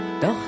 Doch